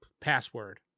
password